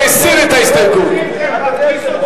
המשרד לשיתוף פעולה),